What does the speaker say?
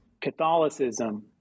Catholicism